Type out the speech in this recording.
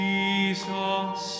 Jesus